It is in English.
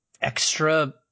extra